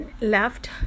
left